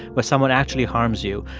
where someone actually harms you.